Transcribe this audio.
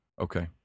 Okay